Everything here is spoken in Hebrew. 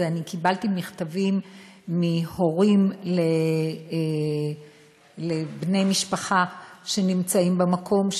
קיבלתי מכתבים מהורים לבני משפחה שנמצאים במקום,